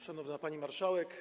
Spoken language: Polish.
Szanowna Pani Marszałek!